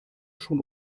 schon